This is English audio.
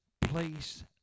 place